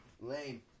Lame